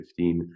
2015